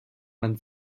man